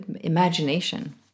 imagination